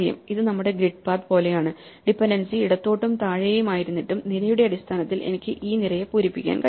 ഇത് നമ്മുടെ grid path പോലെയാണ് ഡിപെൻഡൻസി ഇടത്തോട്ടും താഴെയുമായിരുന്നിട്ടും നിരയുടെ അടിസ്ഥാനത്തിൽ എനിക്ക് ഈ നിരയെ പൂരിപ്പിക്കാൻ കഴിയും